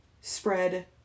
spread